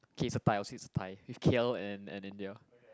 k it's a tie i would say it's a tie with K_L and and India